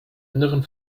anderen